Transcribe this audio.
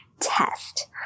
test